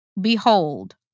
Behold